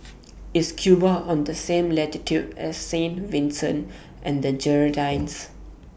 IS Cuba on The same latitude as Saint Vincent and The Grenadines